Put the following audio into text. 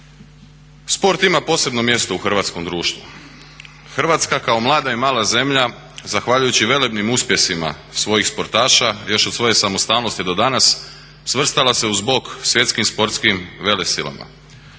Sport ima posebno mjesto u hrvatskom društvu. Hrvatska kao mlada i mala zemlja zahvaljujući velebnim uspjesima svojih sportaša još od svoje samostalnosti do danas svrstala se uz bok svjetskim sportskim velesilama.